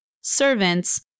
servants